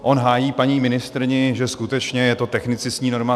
On hájí paní ministryni, že skutečně je to technicistní norma.